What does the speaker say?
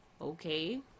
Okay